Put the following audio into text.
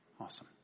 Awesome